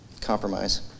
Compromise